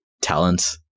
talents